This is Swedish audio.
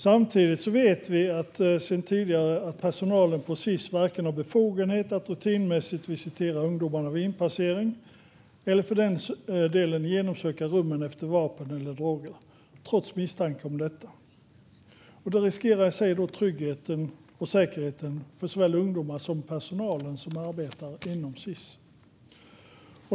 Samtidigt vet vi sedan tidigare att personalen på Sis inte har befogenhet att vare sig rutinmässigt visitera ungdomarna vid inpassering eller för den delen genomsöka rummen efter vapen eller droger vid misstanke om att sådana finns där. Detta riskerar i sig tryggheten och säkerheten för såväl ungdomar som personalen som arbetar inom Sis.